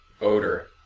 odor